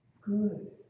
good